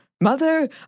Mother